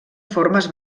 formes